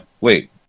Wait